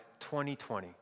20-20